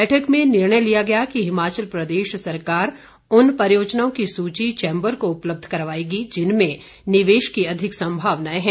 बैठक में निर्णय लिया गया कि हिमाचल प्रदेश सरकार उन परियोजनाओं की सूची चैम्बर को उपलब्ध करवाएगी जिनमें निवेश की अधिक सम्भावनाएं हैं